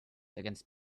against